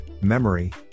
memory